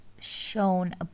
shown